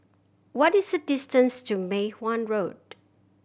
what is the distance to Mei Hwan Road